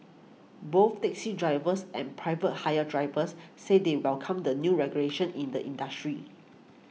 both taxi drivers and private hire drivers said they welcome the new regulations in the industry